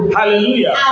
Hallelujah